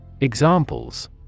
Examples